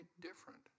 different